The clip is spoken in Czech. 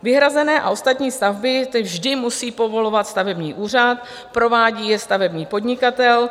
Vyhrazené a ostatní stavby vždy musí povolovat stavební úřad, provádí je stavební podnikatel.